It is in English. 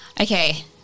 Okay